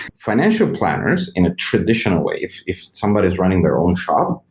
financial planners in a traditional way, if if somebody is running their own shop,